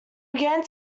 began